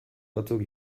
batzuk